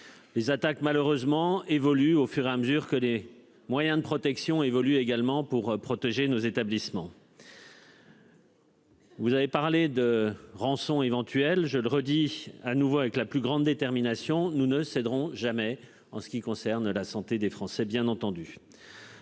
Les attaques malheureusement évolue au fur et à mesure que des moyens de protection évolue également pour protéger nos établissements.-- Vous avez parlé de rançon éventuelles, je le redis à nouveau avec la plus grande détermination. Nous ne céderons jamais. En ce qui concerne la santé des Français, bien entendu.